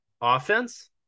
offense